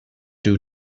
due